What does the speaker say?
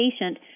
patient